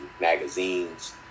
magazines